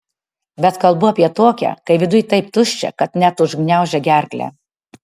bet kalbu apie tokią kai viduj taip tuščia kad net užgniaužia gerklę